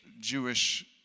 Jewish